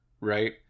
right